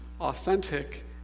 authentic